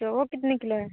रोहू कितने किलो है